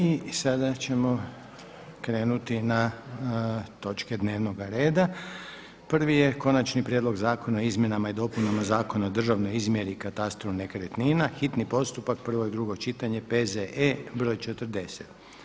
I sada ćemo krenuti na točke dnevnoga reda, prvi je: - Konačni prijedlog Zakona o izmjenama i dopunama Zakona o državnoj izmjeri i katastru nekretnina, hitni postupak, prvo i drugo čitanje, P.Z.E.BR.40.